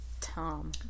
Tom